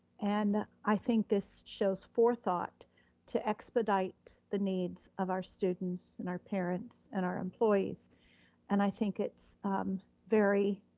and i think this shows forethought to expedite the needs of our students and our parents and our employees and i think it's um very